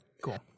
Cool